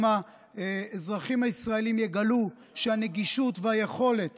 האזרחים הישראלים גם יגלו את הנגישות והיכולת